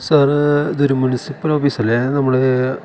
sir ഇതൊരു municipal office അല്ലേ നമ്മൾ